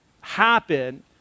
happen